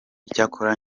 icyakora